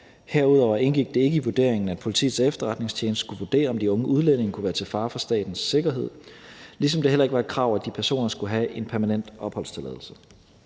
Herudover indgik det ikke i vurderingen, at Politiets Efterretningstjeneste skulle vurdere, om de unge udlændinge kunne være til fare for statens sikkerhed, ligesom det heller ikke var et krav, at de personer skulle have en permanent opholdstilladelse.